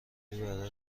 برای